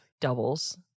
doubles